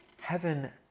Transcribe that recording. heaven